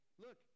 Look